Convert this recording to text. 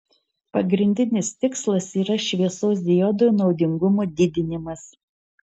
pagrindinis tikslas yra šviesos diodo naudingumo didinimas